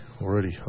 already